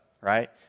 right